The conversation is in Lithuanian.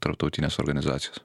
tarptautines organizacijas